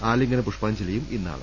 ആലിംഗനപു ഷ്പാഞ്ജലിയും ഇന്നാണ്